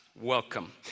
Welcome